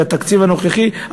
והתקציב הנוכחי,